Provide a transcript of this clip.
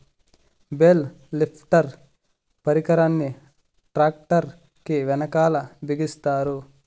bale lifter పరికరాన్ని tractor కీ వెనకాల బిగిస్తారు